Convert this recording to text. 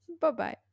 Bye-bye